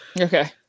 Okay